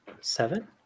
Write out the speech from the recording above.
seven